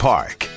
Park